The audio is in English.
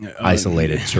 isolated